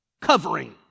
covering